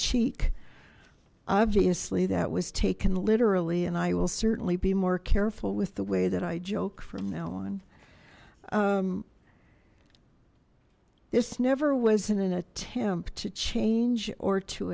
cheek obviously that was taken literally and i will certainly be more careful with the way that i joke from now on this never wasn't an attempt to change or to